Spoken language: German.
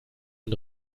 den